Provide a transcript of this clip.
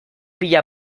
pila